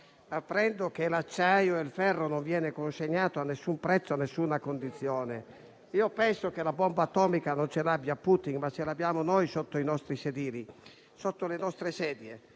apprendo che l'acciaio e il ferro non vengono consegnati a nessun prezzo e a nessuna condizione. Penso che la bomba atomica non l'abbia Putin, ma l'abbiamo noi sotto i nostri sedili, sotto le nostre sedie.